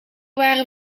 waren